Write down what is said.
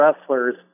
wrestlers